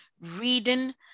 reading